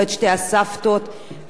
בתרבות חדשה,